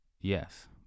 yes